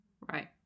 right